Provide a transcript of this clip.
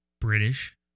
British